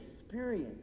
experience